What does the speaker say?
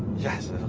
yes.